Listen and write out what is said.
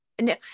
No